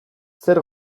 zer